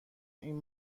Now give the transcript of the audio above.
این